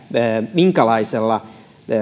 minkälaisella